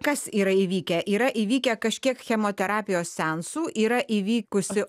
kas yra įvykę yra įvykę kažkiek chemoterapijos seansų yra įvykusi